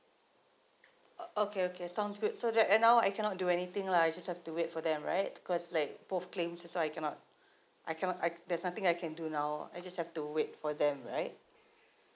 okay okay sounds good so that now I cannot do anything lah I just have to wait for them right cause like both claims also I cannot I cannot I there's nothing I can do now I just have to wait for them right